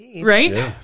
Right